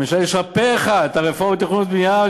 הממשלה אישרה פה-אחד את הרפורמה בתכנון ובנייה.